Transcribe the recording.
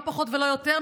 לא פחות ולא יותר,